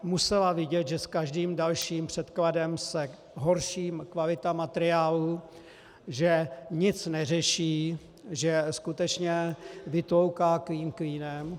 Musela vidět, že s každým dalším předkladem se horší kvalita materiálu, že nic neřeší, že skutečně vytlouká klín klínem.